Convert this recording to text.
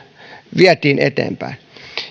vietiin eteenpäin